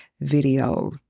Video